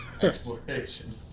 exploration